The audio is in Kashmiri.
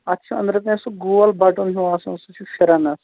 اَتھ چھُ أنٛدرٕ کَنہِ سُہ گول بَٹُن ہیٛوٗ آسان سُہ چھُ پھِران اَتھ